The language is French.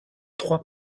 trois